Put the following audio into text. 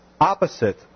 opposite